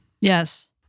Yes